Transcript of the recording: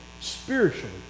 spiritually